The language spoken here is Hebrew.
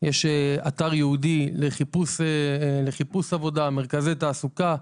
יש אתר ייעודי לחיפוש עבודה, מרכזי תעסוקה,